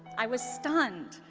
i was stunned.